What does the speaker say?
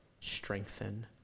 strengthen